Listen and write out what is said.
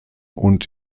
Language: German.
und